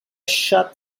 shut